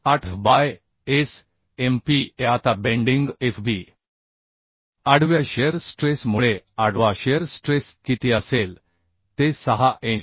8 by S MPa आता bending FB आडव्या shear stress मुळे आडवा शिअर स्ट्रेस किती असेल ते 6 M